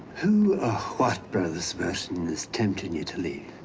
who or what brother sebastian, is tempting you to leave?